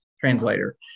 Translator